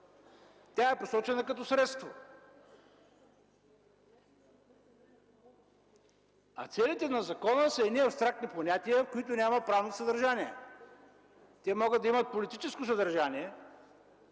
Тя е посочена като средство. Целите на закона са абстрактни понятия, в които няма правно съдържание. Те могат да имат политическо съдържание.